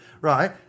Right